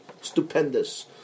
stupendous